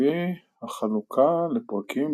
לפי החלוקה לפרקים,